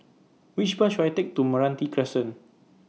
Which Bus should I Take to Meranti Crescent